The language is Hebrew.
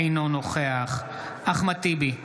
אינו נוכח אחמד טיבי,